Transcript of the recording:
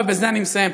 ובזה אני מסיים,